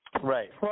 Right